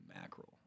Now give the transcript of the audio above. mackerel